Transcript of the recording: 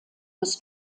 des